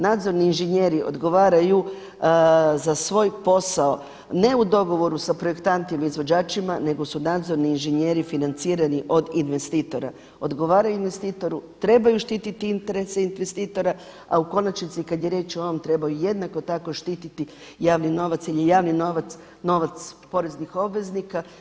Nadzorni inženjeri odgovaraju za svoj posao ne u dogovoru sa projektantima i izvođačima, nego su nadzorni inženjeri financirani od investitora, odgovaraju investitoru, trebaju štititi interese investitora, a u konačnici kada je riječ o ovom trebaju jednako tako štititi javni novac jer je javni novac poreznih obveznika.